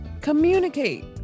communicate